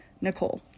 Nicole